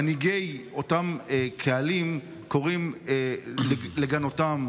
את מנהיגי אותם קהלים קוראים לגנותם,